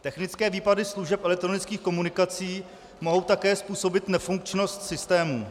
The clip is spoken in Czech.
Technické výpady služeb elektronických komunikací mohou také způsobit nefunkčnost systému.